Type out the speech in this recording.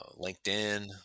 LinkedIn